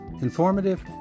Informative